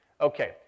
Okay